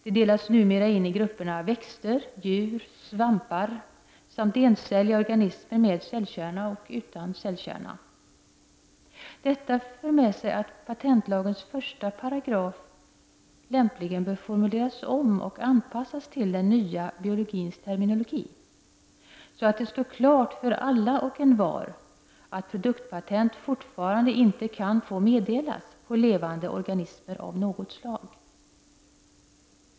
Det delas numera in i grupperna växter, djur, svampar samt encelliga organismer med cellkärna och utan cellkärna. Detta för med sig att patentlagens första paragraf lämpligen bör formuleras om och anpassas till den nya biologins terminologi, så att det står klart för alla och envar att produktpatent inte kan få meddelas på levande organismer av något slag.